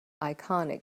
iconic